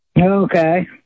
Okay